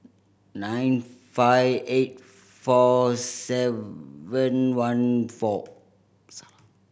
nine five eight four seven one four